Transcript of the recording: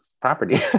property